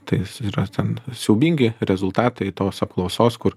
tai yra ten siaubingi rezultatai tos apklausos kur